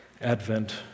advent